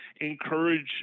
encourage